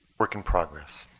work in progress.